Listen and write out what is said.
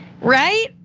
right